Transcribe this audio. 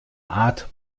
art